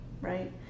right